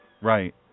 Right